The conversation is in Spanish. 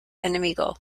enemigo